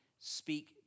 speak